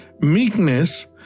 Meekness